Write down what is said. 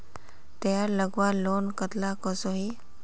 तेहार लगवार लोन कतला कसोही?